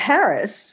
Paris